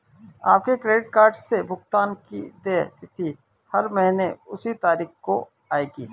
आपके credit card से भुगतान की देय तिथि हर महीने उसी तारीख को आएगी